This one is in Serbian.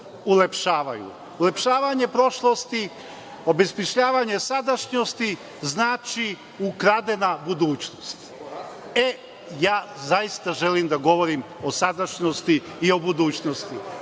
Ulepšavanje prošlosti, obesmišljavanje sadašnjosti, znači ukradena budućnost. E, ja zaista želim da govorim o sadašnjosti i o budućnosti. Hajdemo